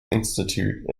institute